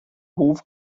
hof